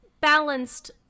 balanced